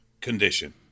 condition